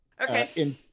Okay